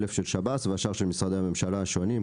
1,000 של שב"ס והשאר של משרדי הממשלה השונים,